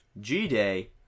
G-Day